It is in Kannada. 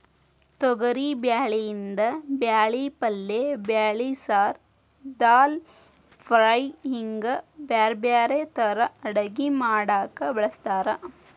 ತೊಗರಿಬ್ಯಾಳಿಯಿಂದ ಬ್ಯಾಳಿ ಪಲ್ಲೆ ಬ್ಯಾಳಿ ಸಾರು, ದಾಲ್ ಫ್ರೈ, ಹಿಂಗ್ ಬ್ಯಾರ್ಬ್ಯಾರೇ ತರಾ ಅಡಗಿ ಮಾಡಾಕ ಬಳಸ್ತಾರ